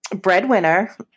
breadwinner